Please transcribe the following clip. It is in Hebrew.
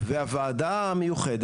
מה נגיד לאנשים?